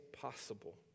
possible